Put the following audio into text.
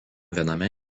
viename